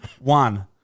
One